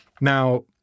Now